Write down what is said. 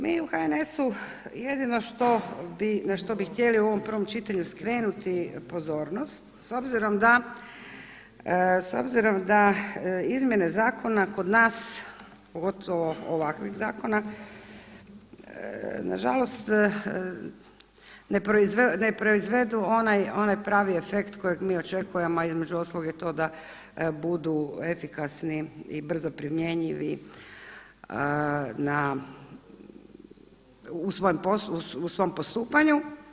Mi u HNS-u jedino što, na što bi htjeli u ovom prvom čitanju skrenuti pozornost s obzirom da izmjene zakona kod nas, pogotovo ovakvih zakona, na žalost, ne proizvedu onaj pravi efekt kojeg mi očekujemo, a između ostalog je i to da budu efikasni i brzo primjenjivi na, u svom postupanju.